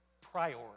priority